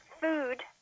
food